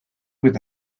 with